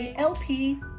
lp